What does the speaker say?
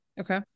Okay